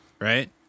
right